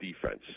defense